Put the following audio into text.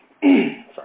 Sorry